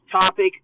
Topic